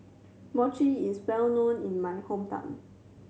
mochi is well known in my hometown